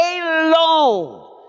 alone